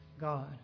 God